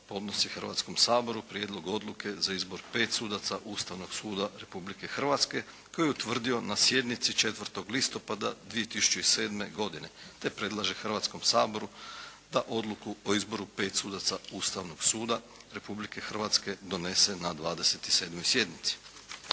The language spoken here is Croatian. podnosi Hrvatskom saboru Prijedlog odluke za izbor pet sudaca Ustavnog suda Republike Hrvatske, koji je utvrdio na sjednici 4. listopada 2007. godine, te predlaže Hrvatskom saboru da odluku o izboru pet sudaca Ustavnog suda Republike Hrvatske donese na 27. sjednici.